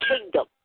kingdom